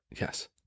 yes